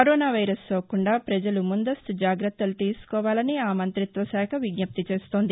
corona virus సోకకుండా పజలు ముందస్తు జాగ్రత్తలు తీసుకోవాలని ఆ మంత్రిత్వ శాఖ విజ్జప్తి చేస్తోంది